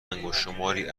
انگشتشماری